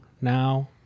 now